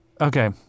okay